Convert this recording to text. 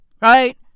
Right